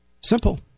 Simple